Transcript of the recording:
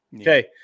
Okay